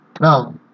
Now